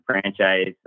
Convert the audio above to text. franchise